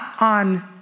on